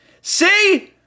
See